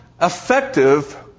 effective